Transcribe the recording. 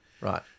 Right